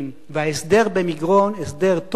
וההסדר במגרון, הסדר טוב הוא.